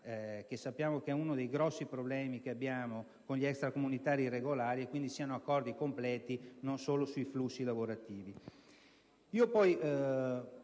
che sappiamo che è uno dei grossi problemi esistenti con gli extracomunitari irregolari, e che quindi siano accordi completi e non solo sui flussi lavorativi.